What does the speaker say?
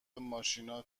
ماشینا